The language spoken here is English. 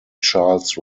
charles